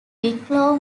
wicklow